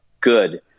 good